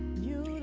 you